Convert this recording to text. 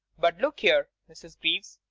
but, look here, mrs. greaves,